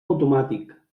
automàtic